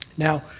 now,